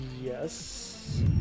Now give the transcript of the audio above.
yes